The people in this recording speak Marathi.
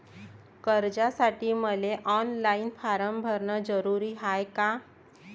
कर्जासाठी मले ऑनलाईन फारम भरन जरुरीच हाय का?